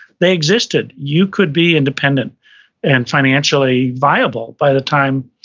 they existed. you could be independent and financially viable by the time,